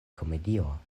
komedio